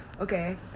Okay